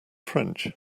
french